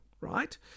right